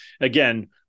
Again